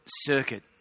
circuit